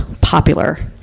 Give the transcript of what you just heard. popular